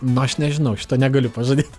na aš nežinau šito negaliu pažadėt